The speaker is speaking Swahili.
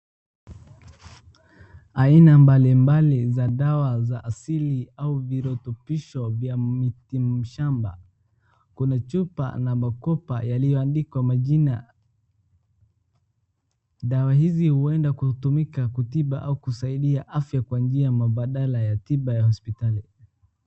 Aina mbalimbali za dawa za asili au virutumbisho vya miti shamba. Kuna chupa na makopa yaliyoandikwa majina. Dawa hizi huenda kutumika kutibu au kusaidia afya kwa njia mbadala ya njia ya hospitali.